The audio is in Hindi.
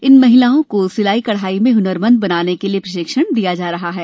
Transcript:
इन महिलाओं को सिलाई कड़ाई में हुनरमंद बनाने के लिये प्रशिक्षण दिया जा रहा है